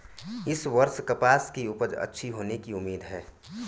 इस वर्ष कपास की उपज अच्छी होने की उम्मीद है